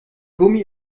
gummi